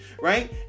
right